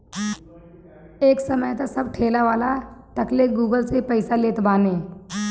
एक समय तअ सब ठेलावाला तकले गूगल पे से पईसा लेत बाने